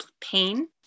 pain